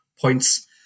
points